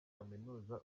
kaminuza